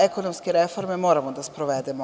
ekonomske reforme moramo da sprovedemo.